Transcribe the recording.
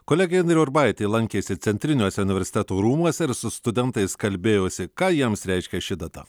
kolegė indrė urbaitė lankėsi centriniuose universiteto rūmuose ir su studentais kalbėjosi ką jiems reiškia ši data